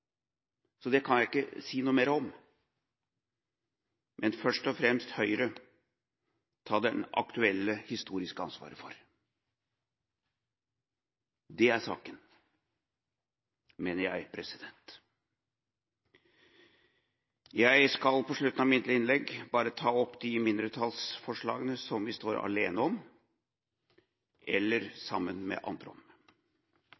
så det kan jeg ikke si noe mer om – og først og fremst Høyre ta det aktuelle historiske ansvaret for. Det er saken, mener jeg. Jeg skal på slutten av mitt innlegg ta opp de mindretallsforslagene som vi står alene om,